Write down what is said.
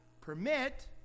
permit